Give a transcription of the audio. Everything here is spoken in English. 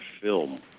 film